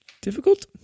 difficult